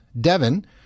Devon